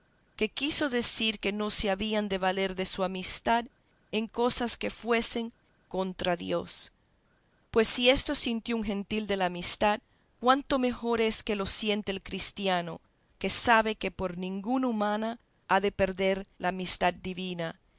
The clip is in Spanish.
que quiso decir que no se habían de valer de su amistad en cosas que fuesen contra dios pues si esto sintió un gentil de la amistad cuánto mejor es que lo sienta el cristiano que sabe que por ninguna humana ha de perder la amistad divina